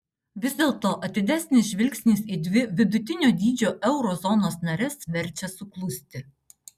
vis dėlto atidesnis žvilgsnis į dvi vidutinio dydžio euro zonos nares verčia suklusti